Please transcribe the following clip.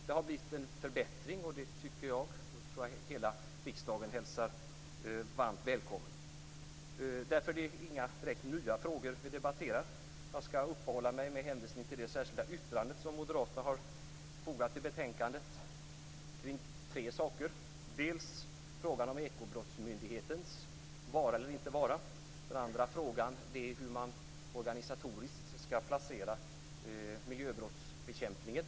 Det har blivit en förbättring, och jag tror att hela riksdagen hälsar detta varmt välkommet. Det är inte direkt några nya frågor vi debatterar. Jag skall uppehålla mig vid det särskilda yttrande som moderaterna har fogat till betänkandet och ta upp tre saker. Det är frågan om Ekobrottsmyndighetens vara eller inte vara. Den andra frågan är hur man organisatoriskt skall placera miljöbrottsbekämpningen.